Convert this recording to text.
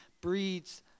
breeds